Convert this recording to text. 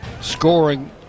Scoring